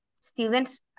Students